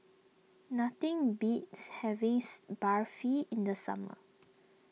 nothing beats having Barfi in the summer